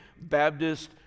Baptist